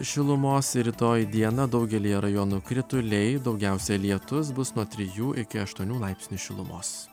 šilumos ir rytoj dieną daugelyje rajonų krituliai daugiausia lietus bus nuo trijų iki aštuonių laipsnių šilumos